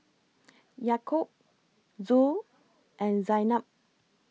Yaakob Zul and Zaynab